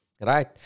right